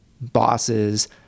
bosses